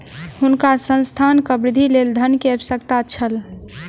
हुनका संस्थानक वृद्धिक लेल धन के आवश्यकता छल